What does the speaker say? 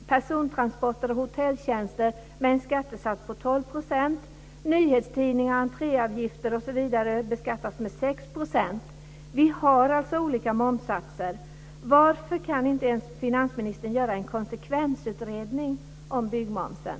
12 %. Nyhetstidningar, entréavgifter osv. beskattas med 6 %. Vi har alltså olika momssatser. Varför kan finansministern inte ens göra en konsekvensutredning om byggmomsen?